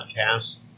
podcasts